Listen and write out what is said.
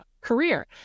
career